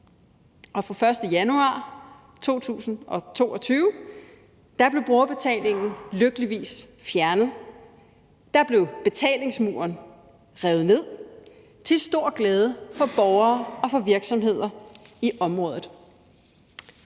fra den 1. januar 2022 blev brugerbetalingen lykkeligvis fjernet. Der blev betalingsmuren revet ned til stor glæde for borgere og for virksomheder i området.